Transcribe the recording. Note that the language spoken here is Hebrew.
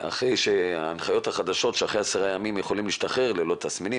אחרי שההנחיות החדשות שלאחר 10 ימים יכולים להשתחרר אם הם ללא תסמינים,